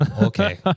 Okay